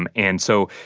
and and so,